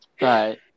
Right